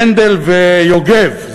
קנדל ויוגב,